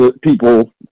People